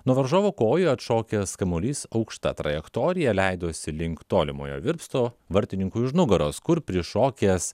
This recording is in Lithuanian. nuo varžovo kojų atšokęs kamuolys aukšta trajektorija leidosi link tolimojo virpsto vartininkui už nugaros kur prišokęs